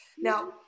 Now